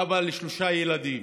אבא לשלושה ילדים.